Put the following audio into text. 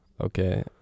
Okay